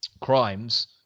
crimes